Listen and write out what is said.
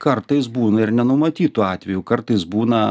kartais būna ir nenumatytų atvejų kartais būna